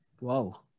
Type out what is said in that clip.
Wow